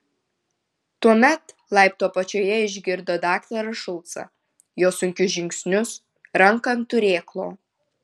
tuomet laiptų apačioje išgirdo daktarą šulcą jo sunkius žingsnius ranką ant turėklo